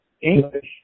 English